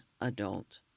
adult